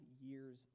years